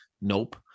Nope